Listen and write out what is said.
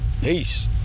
Peace